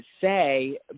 say –